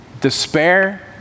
despair